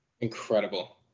Incredible